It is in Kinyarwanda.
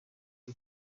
ari